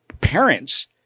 parents